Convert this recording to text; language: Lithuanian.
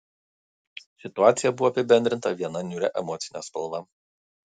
situacija buvo apibendrinta vien niūria emocine spalva